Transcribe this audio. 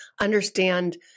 understand